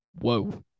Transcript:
Whoa